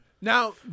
Now